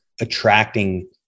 attracting